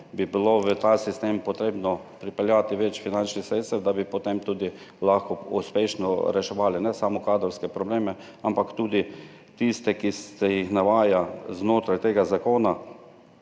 bi bilo v ta sistem potrebno pripeljati več finančnih sredstev, da bi potem tudi lahko uspešno reševali ne samo kadrovske probleme, ampak tudi tiste, ki se jih navaja znotraj tega zakona